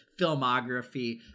filmography